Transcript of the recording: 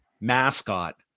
mascot